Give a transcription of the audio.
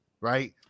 right